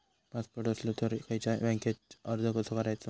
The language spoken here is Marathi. पासपोर्ट असलो तर खयच्या बँकेत अर्ज कसो करायचो?